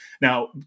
Now